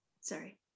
Sorry